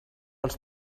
els